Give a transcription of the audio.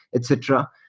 etc.